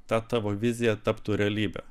ta tavo vizija taptų realybe